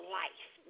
life